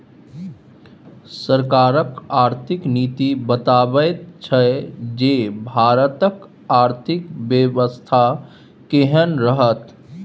सरकारक आर्थिक नीति बताबैत छै जे भारतक आर्थिक बेबस्था केहन रहत